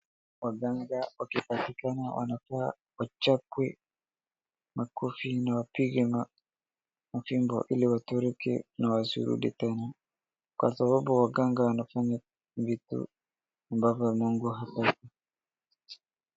Waganga wakipatikana wanafaa wachapwe makofi na wapigwe mafimbo ili watoroke na wasirudi tena kwa sababu waganga wanafanya vitu ambavyo mungu hataki.